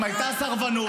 אם הייתה סרבנות,